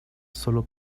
sólo